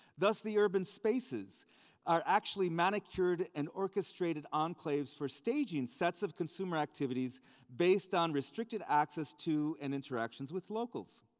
thus the urban spaces are actually manicured and orchestrated enclaves for staging sets of consumer activities based on restricted access to and interactions with locals.